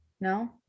No